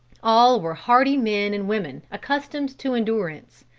all were hardy men and women, accustomed to endurance.